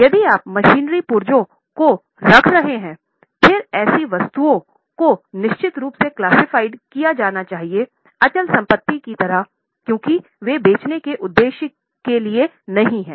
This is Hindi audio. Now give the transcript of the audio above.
यदि आप मशीनरी पुर्जों को रख रहे हैं फिर ऐसी वस्तुओं को निश्चित रूप से वर्गीकृत किया जाना चाहिए अचल संपत्ति की तरह क्योंकि वे बेचने के उद्देश्य के लिए नहीं हैं